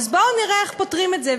אז בואו נראה איך פותרים את זה,